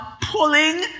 pulling